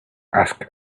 ask